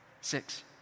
Six